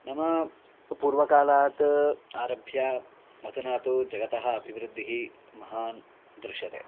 मम पूर्वकालात् आरभ्य अधुना तु जगतः अभिवृद्धिः महान् दृश्यते